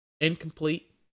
incomplete